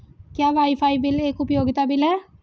क्या wifi bill एक उपयोगिता बिल है?